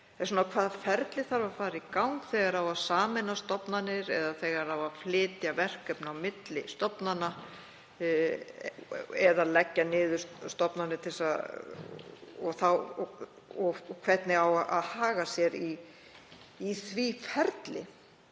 hvaða ferli þarf að fara í gang þegar sameina á stofnanir eða þegar flytja á verkefni á milli stofnana eða leggja niður stofnanir og hvernig á að haga sér í því ferli.